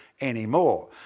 anymore